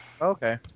Okay